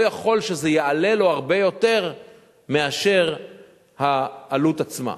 אבל הוא לא יכול שזה יעלה לו הרבה יותר מאשר העלות עצמה.